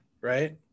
right